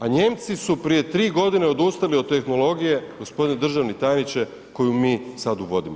A Nijemci su prije 3 godine odustali od tehnologije, gospodine državni tajniče, koju mi sad uvodimo.